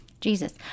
Jesus